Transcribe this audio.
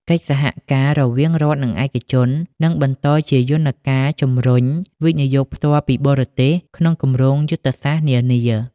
កិច្ចសហការរវាងរដ្ឋ និងឯកជន នឹងបន្តជាយន្តការជំរុញ វិនិយោគផ្ទាល់ពីបរទេស ក្នុងគម្រោងយុទ្ធសាស្ត្រនានា។